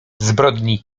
zbrodni